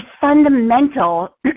fundamental